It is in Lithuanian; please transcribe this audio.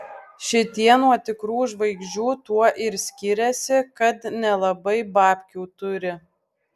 šitie nuo tikrų žvaigždžių tuo ir skiriasi kad nelabai babkių turi